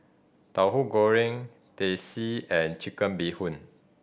Tauhu Goreng Teh C and Chicken Bee Hoon